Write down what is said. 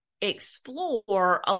explore